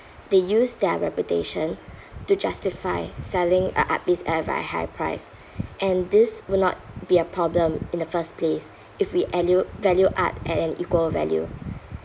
they use their reputation to justify selling a art piece at a very high price and this will not be a problem in the first place if we e~ value art at an equal value